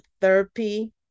Therapy